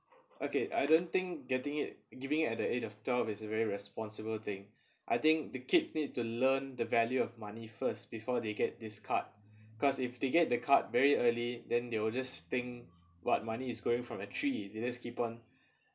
okay I don't think getting it giving at the age of twelve is a very responsible thing I think the kids needs to learn the value of money first before they get this card cause if they get the card very early then they will just think what money is going from a tree they just keep on